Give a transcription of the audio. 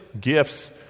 gifts